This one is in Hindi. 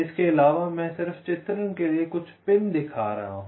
इसके अलावा मैं सिर्फ चित्रण के लिए कुछ पिन दिखा रहा हूं